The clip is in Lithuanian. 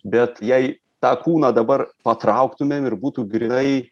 bet jei tą kūną dabar patrauktumėm ir būtų grynai